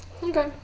Okay